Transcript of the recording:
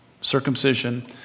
Circumcision